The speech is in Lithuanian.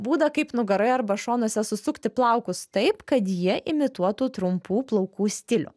būdą kaip nugaroje arba šonuose susukti plaukus taip kad jie imituotų trumpų plaukų stilių